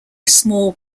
small